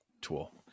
tool